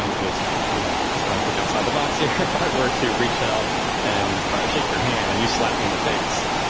um just you know just going to think outside the box here, if i were to reach out and try to shake your hand and you slap me in the face,